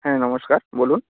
হ্যাঁ নমস্কার বলুন